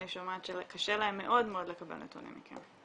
אני שומעת שקשה להם מאוד מאוד לקבל נתונים מכם.